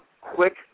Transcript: quick